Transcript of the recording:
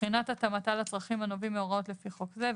בחינת התאמתה לצרכים הנובעים מהוראות לפי חוק זה,